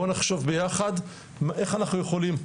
בוא נחשוב ביחד איך אנחנו יכולים,